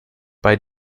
bei